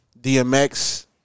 DMX